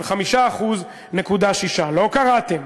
של 5.6%. לא קראתם,